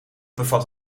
bevat